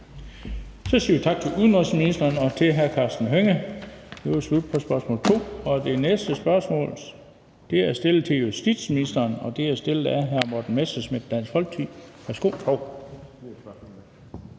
Så siger vi tak til udenrigsministeren og til hr. Karsten Hønge. Det var slut på andet spørgsmål. Det næste spørgsmål er stillet til justitsministeren, og det er stillet af hr. Morten Messerschmidt, Dansk Folkeparti.